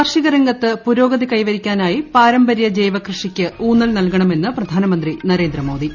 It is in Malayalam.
കാർഷിക രംഗത്ത് പുരോഗതികൈവരിക്കാനായി പാരമ്പര്യ ജൈവകൃഷിക്ക് ഊന്നൽ നൽകണണമെന്ന് പ്രധാനമന്ത്രി നരേന്ദ്രമോദി